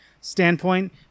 standpoint